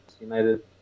United